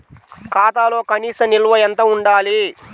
ఖాతాలో కనీస నిల్వ ఎంత ఉండాలి?